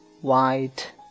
white